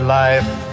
life